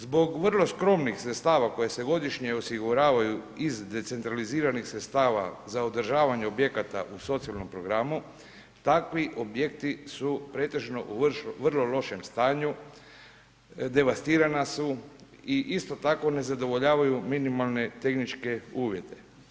Zbog vrlo skromnih sredstava koje se godišnje osiguravaju iz decentraliziranih sredstava za održavanje objekata u socijalnom programu takvi objekti su pretežno u vrlo lošem stanju, devastirana su i isto tako ne zadovoljavaju minimalne tehničke uvjete.